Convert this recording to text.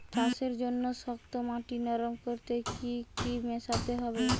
চাষের জন্য শক্ত মাটি নরম করতে কি কি মেশাতে হবে?